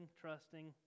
trusting